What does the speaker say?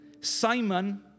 Simon